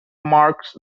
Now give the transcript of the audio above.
marks